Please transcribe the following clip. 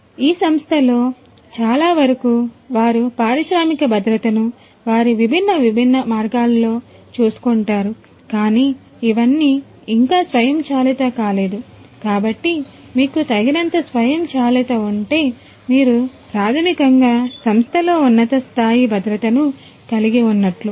ఈ సంస్థలలో చాలావరకు వారు పారిశ్రామిక భద్రతను వారి విభిన్న విభిన్న మార్గాల్లో చూసుకుంటారు కానీ ఇవన్నీ ఇంకా స్వయంచాలితఉంటే మీరు ప్రాథమికంగా సంస్థలో ఉన్నత స్థాయి భద్రతను కలిగి ఉన్నట్లు